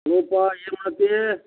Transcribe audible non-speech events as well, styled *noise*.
hello *unintelligible* ಏನು ಮಾಡತೀ